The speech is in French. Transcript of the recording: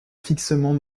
fixement